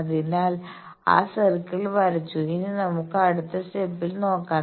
അതിനാൽ ആ സർക്കിൾ വരച്ചു ഇനി നമുക്ക് അടുത്ത സ്റ്റെപ് നോക്കാം